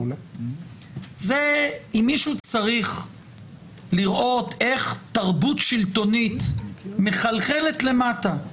אם מישהו צריך לראות איך תרבות שלטונית מחלחלת למטה,